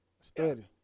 study